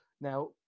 Now